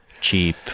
cheap